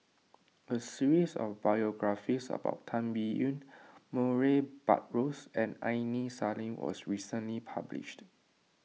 a series of biographies about Tan Biyun Murray Buttrose and Aini Salim was recently published